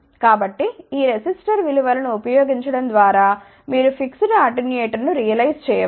కాబట్టి ఈ రెసిస్టర్ విలు వలను ఉపయోగించడం ద్వారా మీరు ఫిక్స్ డ్ అటెన్యూయేటర్ ను రియలైజ్ చేయవచ్చు